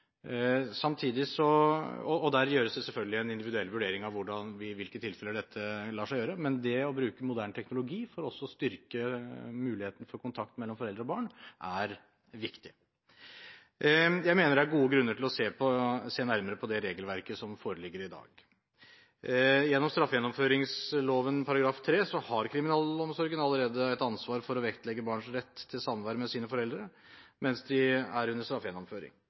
Der gjøres det selvfølgelig en individuell vurdering av i hvilke tilfeller dette lar seg gjøre. Men det å bruke moderne teknologi for også å styrke muligheten for kontakt mellom foreldre og barn, er viktig. Jeg mener det er gode grunner til å se nærmere på det regelverket som foreligger i dag. Gjennom straffegjennomføringsloven § 3 har kriminalomsorgen allerede et ansvar for å vektlegge barns rett til samvær med sine foreldre mens de er under straffegjennomføring.